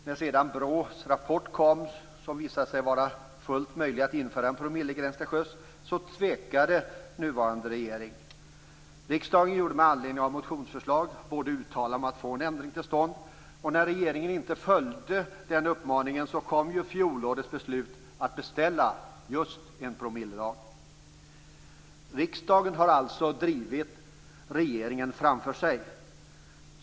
När sedan BRÅ:s rapport kom, som visade att det var fullt möjligt att införa en promillegräns till sjöss, tvekade den nuvarande regeringen. Riksdagen gjorde med anledning av motionsförslag ett uttalande om att få en ändring till stånd, och när regeringen inte följde den uppmaningen kom fjolårets beslut att beställa just en promillelag. Riksdagen har alltså drivit regeringen framför sig.